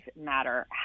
matter